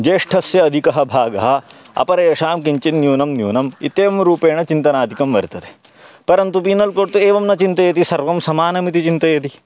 ज्येष्ठस्य अधिकः भागः अपरेषां किञ्चित् न्यूनं न्यूनम् इत्येवं रूपेण चिन्तनादिकं वर्तते परन्तु पीनल् कोड् तु एवं न चिन्तयति सर्वं समानमिति चिन्तयति